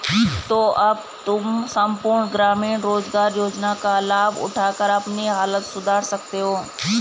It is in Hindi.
तो अब तुम सम्पूर्ण ग्रामीण रोज़गार योजना का लाभ उठाकर अपनी हालत सुधार सकते हो